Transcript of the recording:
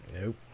Nope